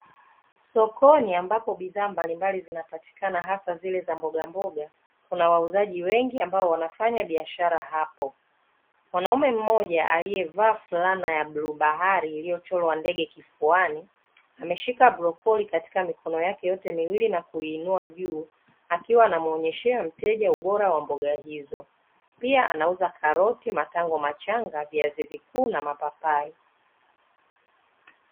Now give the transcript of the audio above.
Sokoni ambapo bidhaa mbalimbali zinapatikana, hasa zile za mbogamboga. Kuna wauzaji wengi ambao wanafanya biashara hapo. Mwanaume mmoja aliyeva fulana ya bluu bahari iliyochorwa ndege kifuani ameshika brokoli katika mikono yake yote miwili na kuinua juu akiwa anamwonyeshea mteja ubora wa mboga hizo. Pia anauza karoti, matango machanga, viazi vikuu na mapapai.